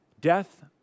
death